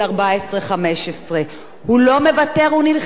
הוא נלחם על זכותו לשרת את המדינה הזו.